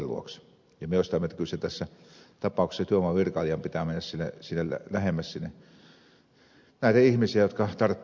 minä olen sitä mieltä että kyllä tässä tapauksessa sen työvoimavirkailijan pitää mennä sinne lähemmäs näitä ihmisiä jotka tarvitsevat työvoimapalveluita